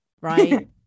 right